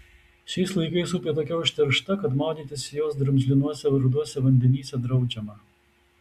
šiais laikais upė tokia užteršta kad maudytis jos drumzlinuose ruduose vandenyse draudžiama